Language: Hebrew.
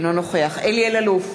אינו נוכח אלי אלאלוף,